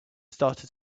started